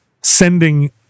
sending